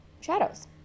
shadows